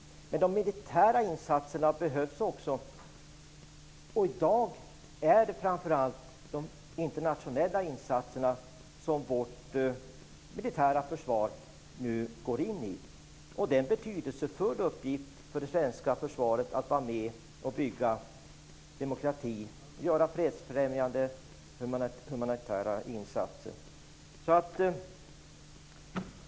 Men de militära insatserna behövs också. I dag är det framför allt de internationella insatserna som vårt militära försvar går in i. Det är en betydelsefull uppgift för det svenska försvaret att vara med och bygga demokrati och göra fredsfrämjande och humanitära insatser.